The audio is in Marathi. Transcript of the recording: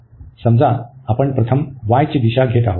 समजा आपण प्रथम y ची दिशा घेत आहोत